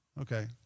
Okay